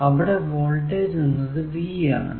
അവിടെ വോൾടേജ് എന്നത് V ആണ്